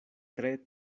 tre